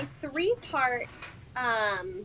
three-part